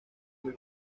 muy